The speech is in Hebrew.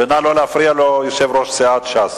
נא לא להפריע לו, יושב-ראש סיעת ש"ס.